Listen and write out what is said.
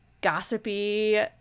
gossipy